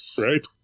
Right